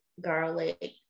garlic